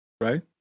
right